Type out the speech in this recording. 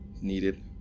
needed